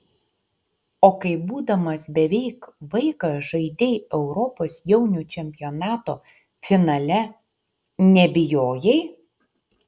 o kai būdamas beveik vaikas žaidei europos jaunių čempionato finale nebijojai